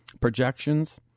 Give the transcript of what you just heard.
projections